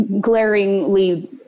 glaringly